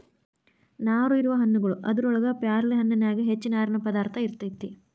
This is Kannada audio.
ನಾರು ಇರುವ ಹಣ್ಣುಗಳು ಅದರೊಳಗ ಪೇರಲ ಹಣ್ಣಿನ್ಯಾಗ ಹೆಚ್ಚ ನಾರಿನ ಪದಾರ್ಥ ಇರತೆತಿ